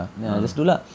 ah